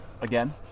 again